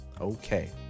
okay